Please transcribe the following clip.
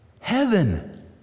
Heaven